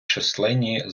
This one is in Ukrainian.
численні